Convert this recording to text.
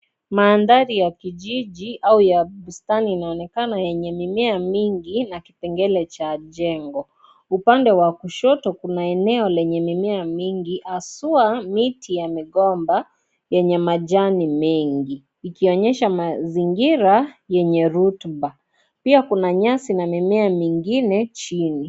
Mandhari ya kijiji ama bustani inayoonekana yenye mimea mingi na kipengele cha jengo . Upande wa kushoto ,kuna eneo lenye mimea nyingi haswa miti ya migomba yenye majani mengi. Ikionyesha mazingira yenye rutuba . Pia kuna nyasi na mimea nyingine chini.